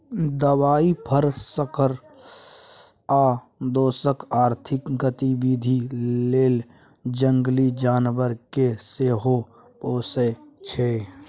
दबाइ, फर, सर्कस आ दोसर आर्थिक गतिबिधि लेल जंगली जानबर केँ सेहो पोसय छै